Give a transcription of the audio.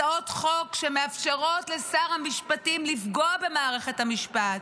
הצעות חוק שמאפשרות לשר המשפטים לפגוע במערכת המשפט.